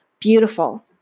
beautiful